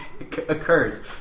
occurs